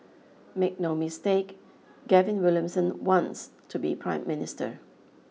make no mistake Gavin Williamson wants to be Prime Minister